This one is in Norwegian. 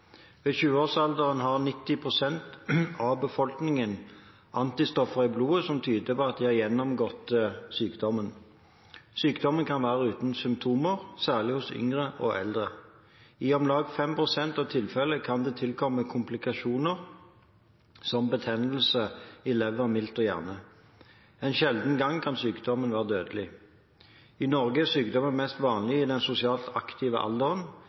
Ved 20-årsalderen har 90 pst. av befolkningen antistoffer i blodet som tyder på at de har gjennomgått sykdommen. Sykdommen kan være uten symptomer, særlig hos yngre og eldre. I om lag 5 pst. av tilfellene kan det tilkomme komplikasjoner som betennelse i lever, milt og hjerne. En sjelden gang kan sykdommen være dødelig. I Norge er sykdommen mest vanlig i den sosialt aktive alderen,